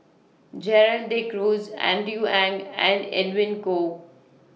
Gerald De Cruz Andrew Ang and Edwin Koo